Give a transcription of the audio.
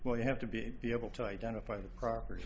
well you have to be able to identify the proper